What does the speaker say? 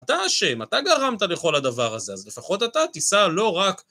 אתה אשם, אתה גרמת לכל הדבר הזה, אז לפחות אתה תישא לא רק...